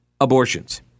abortions